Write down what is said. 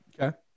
okay